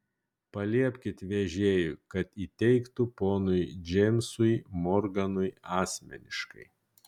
paliepkit vežėjui kad įteiktų ponui džeimsui morganui asmeniškai